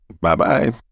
Bye-bye